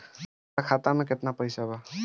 हमार खाता में केतना पैसा बा?